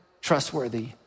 trustworthy